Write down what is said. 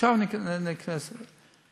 עכשיו ניכנס לזה.